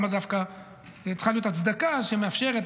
צריכה להיות הצדקה שמאפשרת,